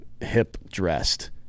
hip-dressed